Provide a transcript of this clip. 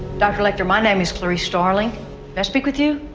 doctor lecter, my name is clarice starling may i speak with you?